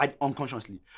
unconsciously